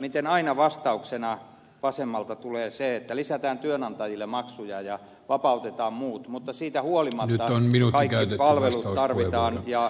miten aina vastauksena vasemmalta tulee se että lisätään työnantajille maksuja ja vapautetaan muut mutta siitä huolimatta kaikki palvelut tarvitaan ja sairausvakuutusmaksut